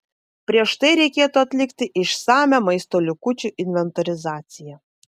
prieš tai reikėtų atlikti išsamią maisto likučių inventorizacija